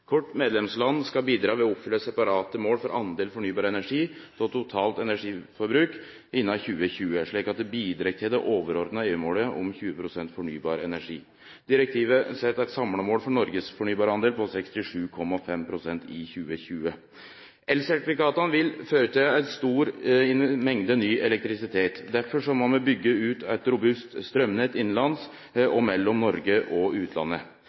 Kvart medlemsland skal bidra ved å oppfylle separate mål for delen fornybar energi av total energibruk innan 2020, slik at det bidreg til det overordna EU-målet om 20 pst. fornybar energi. Direktivet set eit samla mål for Noregs fornybardel på 67,5 pst. i 2020. Elsertifikata vil føre til ei stor mengd ny elektrisitet. Derfor må vi byggje ut eit robust straumnett innanlands og mellom Noreg og utlandet.